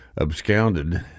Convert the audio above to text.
absconded